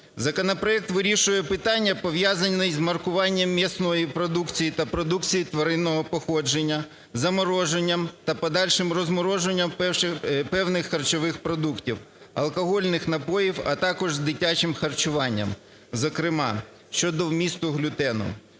Законопроект вирішує питання, пов'язане з маркуванням м'ясної продукції та продукції тваринного походження, з замороженням та подальшим розмороженням певних харчових продуктів, алкогольних напоїв, а також з дитячим харчуванням, зокрема, щодо вмісту глютену.